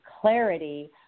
clarity